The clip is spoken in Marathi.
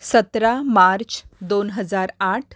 सतरा मार्च दोन हजार आठ